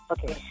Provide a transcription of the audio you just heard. Okay